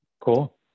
Cool